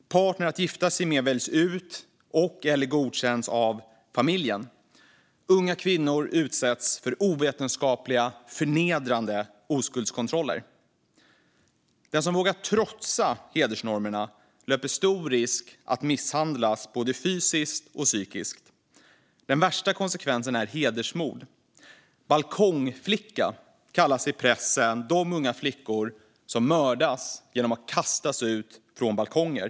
Partner att gifta sig med väljs ut eller godkänns av familjen. Unga kvinnor utsätts för ovetenskapliga, förnedrande oskuldskontroller. Den som vågar trotsa hedersnormerna löper stor risk att misshandlas både fysiskt och psykiskt. Den värsta konsekvensen är hedersmord. Balkongflicka kallas i pressen de unga flickor som mördas genom att kastas ut från balkonger.